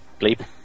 bleep